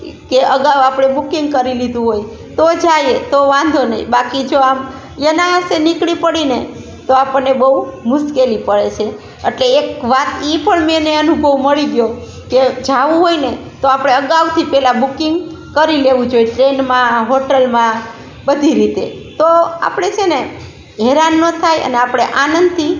કે અગાઉ આપણે બુકિંગ કરી લીધું હોય તો જાઈએ તો વાંધો નહીં બાકી જો આમ અનાયાસે નીકળી પડીએ ને તો આપણને બહુ મુશ્કેલી પડે છે અટલે એક વાત એ પણ મેં એને અનુભવ મળી ગયો કે જવું હોય ને તો આપણે અગાઉથી પહેલાં બુકિંગ કરી લેવું જોઈએ ટ્રેનમાં હોટેલમાં બધી રીતે તો આપણે છે ને હેરાન ન થઈએ અને આપણે આનંદથી